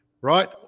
Right